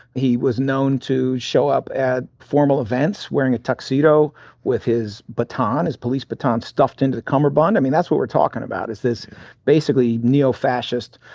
he was known to show up at formal events wearing a tuxedo with his baton, his police baton, stuffed into the cummerbund. i mean, that's what we're talking about, is this basically neo-fascist,